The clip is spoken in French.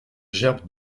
gerbe